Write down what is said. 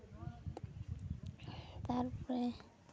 ᱛᱟᱨᱯᱚᱨᱮ